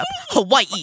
Hawaii